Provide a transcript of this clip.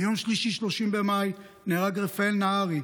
ביום שלישי 30 במאי נהרג רפאל נהרי,